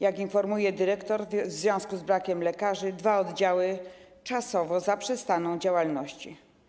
Jak informuje dyrektor, w związku z brakiem lekarzy dwa oddziały czasowo zaprzestaną działalności.